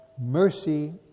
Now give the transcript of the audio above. mercy